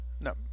No